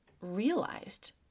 realized